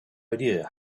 idea